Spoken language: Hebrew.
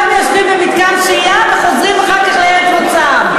יושבים במתקן שהייה וחוזרים אחר כך לארץ מוצאם.